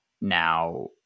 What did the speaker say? now